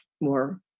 more